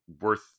worth